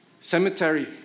cemetery